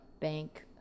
bank